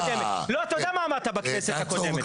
לא, אתה יודע מה אמרת בכנסת הקודמת.